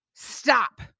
stop